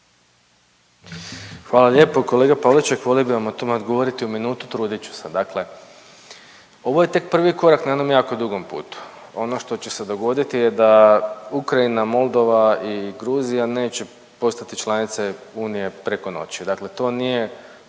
Hvala lijepo kolega Pavliček, volio bi vam o tome odgovorit u minutu, trudit ću se, dakle ovo je tek prvi korak na jednom jako dugom putu. Ono što će se dogoditi je da Ukrajina, Moldova i Gruzija neće postati članice Unije preko noći, dakle to nije